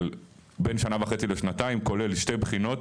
בין שנה וחצי לשנתיים כולל שתי בחינות